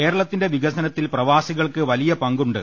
കേരള ത്തിന്റെ വികസനത്തിൽ പ്രവാസികൾക്ക് വലിയ പങ്കുണ്ട്